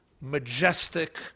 majestic